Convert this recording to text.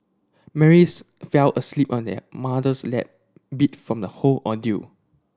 Mary's fell asleep on her mother's lap beat from the whole ordeal